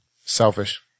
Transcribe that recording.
Selfish